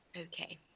Okay